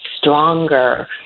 stronger